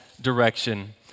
direction